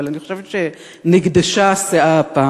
אבל אני חושבת שנגדשה הסאה הפעם.